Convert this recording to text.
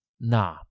Nah